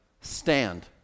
stand